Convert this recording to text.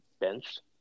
benched